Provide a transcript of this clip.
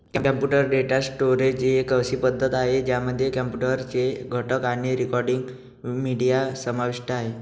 computer data storage एक अशी पद्धती आहे, ज्यामध्ये कॉम्प्युटर चे घटक आणि रेकॉर्डिंग, मीडिया समाविष्ट आहे